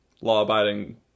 law-abiding